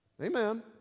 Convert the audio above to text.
Amen